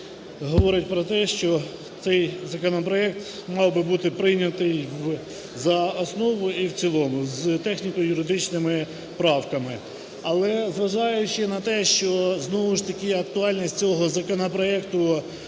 говорить про те, що цей законопроект мав би бути прийнятий за основу і в цілому з техніко-юридичними правками. Але зважаючи на те, що знову ж таки актуальність цього законопроекту